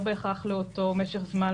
לא בהכרח לאותו משך זמן,